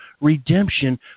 redemption